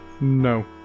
No